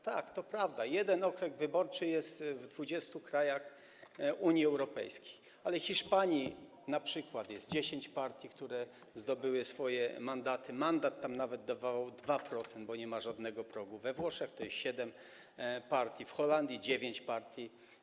Tak, to prawda, jeden okręg wyborczy jest w 20 krajach Unii Europejskiej, ale w Hiszpanii np. jest 10 partii, które zdobyły swoje mandaty, mandat tam dawało nawet 2%, bo nie ma żadnego progu, we Włoszech to jest siedem partii, w Holandii dziewięć partii.